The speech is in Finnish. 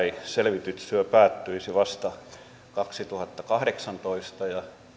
selvitystyö päättyisi vasta kaksituhattakahdeksantoista